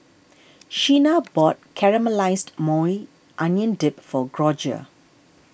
Shenna bought Caramelized Maui Onion Dip for Gregoria